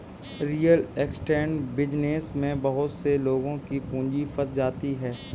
real estate business में बहुत से लोगों की पूंजी फंस जाती है